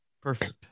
Perfect